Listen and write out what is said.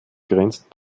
grenzt